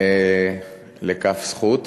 לכף זכות.